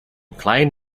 klein